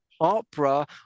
opera